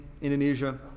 Indonesia